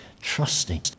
trusting